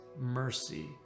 mercy